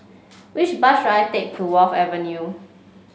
which bus should I take to Wharf Avenue